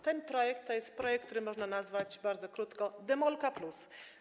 Ten projekt to jest projekt, który można nazwać bardzo krótko: demolka+.